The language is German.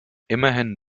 immerhin